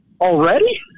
already